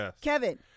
Kevin